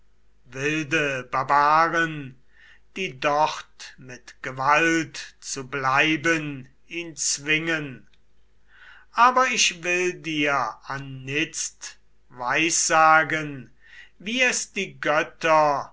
wilde barbaren die dort mit gewalt zu bleiben ihn zwingen aber ich will dir anitzt weissagen wie es die götter